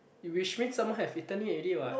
which means someone have eaten it already what